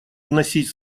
вносить